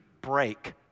break